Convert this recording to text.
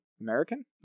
American